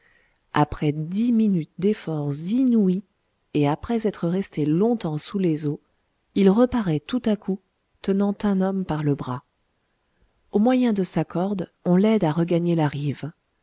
après dix minutes d'efforts inouïs et après être resté longtemps sous les eaux il reparaît tout à coup tenant un homme par le bras au moyen de sa corde on l'aide à regagner la rive